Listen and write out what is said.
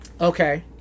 Okay